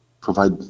provide